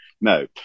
no